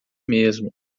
mesmo